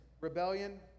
Rebellion